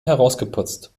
herausgeputzt